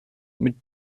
mit